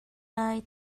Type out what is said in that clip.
lai